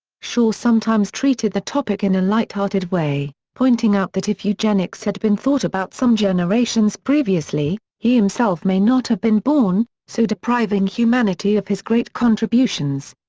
shaw sometimes treated the topic in a light-hearted way, pointing out that if eugenics had been thought about some generations previously, he himself may not have been born, so depriving humanity of his great contributions.